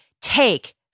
take